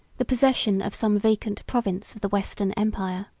the possession of some vacant province of the western empire.